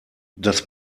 das